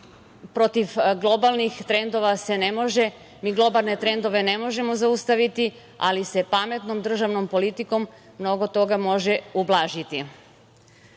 protiv globalnih trendova se ne može. Mi globalne trendove ne možemo zaustaviti, ali se pametnom državnom politikom mnogo toga može ublažiti. Nama